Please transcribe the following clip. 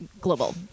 global